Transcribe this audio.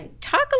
talk